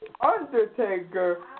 Undertaker